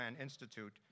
Institute